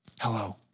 hello